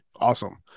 awesome